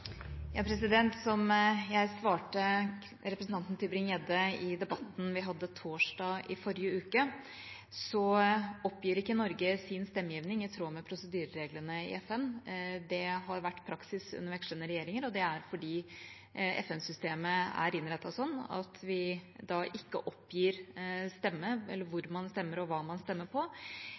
Som jeg svarte representanten Tybring-Gjedde i debatten vi hadde torsdag forrige uke, oppgir ikke Norge sin stemmegivning – i tråd med prosedyrereglene i FN. Det har vært praksis under vekslende regjeringer, og det er fordi FN-systemet er innrettet slik at man ikke oppgir hvor man stemmer, og hva man stemmer på.